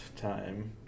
time